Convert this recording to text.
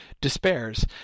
despairs